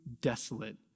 desolate